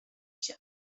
się